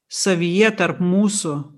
savyje tarp mūsų